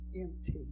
empty